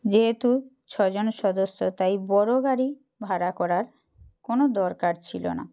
যেহেতু ছজন সদস্য তাই বড় গাড়ি ভাড়া করার কোনও দরকার ছিল না